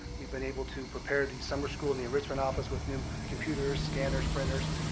we've been able to prepare the summer school and the enrichment office with new computers, scanners, printers,